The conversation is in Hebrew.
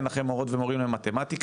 אין לכם מורות ומורים למתמטיקה,